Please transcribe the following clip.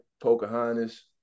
Pocahontas